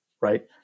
right